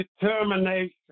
determination